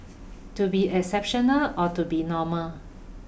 to be exceptional or to be normal